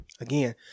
Again